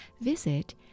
visit